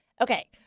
Okay